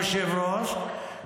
היושב-ראש,